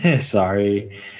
Sorry